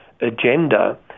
agenda